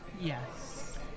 Yes